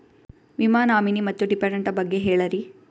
ವಿಮಾ ನಾಮಿನಿ ಮತ್ತು ಡಿಪೆಂಡಂಟ ಬಗ್ಗೆ ಹೇಳರಿ?